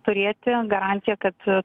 turėti garantiją kad